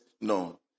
No